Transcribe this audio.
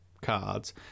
cards